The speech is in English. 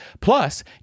Plus